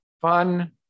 fun